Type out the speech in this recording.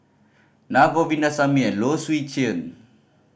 Naa Govindasamy and Low Swee Chen